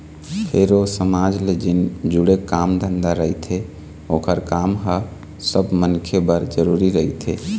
फेर ओ समाज ले जेन जुड़े काम धंधा रहिथे ओखर काम ह सब मनखे बर जरुरी रहिथे